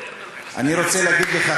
אני רוצה להגיד לך,